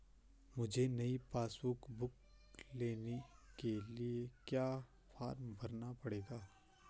मुझे नयी passbook book लेने के लिए क्या फार्म भरना पड़ेगा?